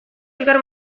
elkar